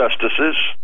justices